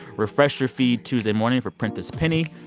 refresh your feed tuesday morning for prentice penny.